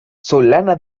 solana